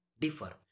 differ